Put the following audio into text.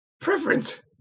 Preference